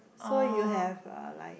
so you have uh like